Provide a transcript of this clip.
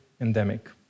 endemic